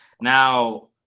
Now